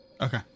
Okay